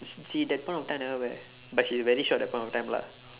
she she that point of time never wear but she very short at that point of time lah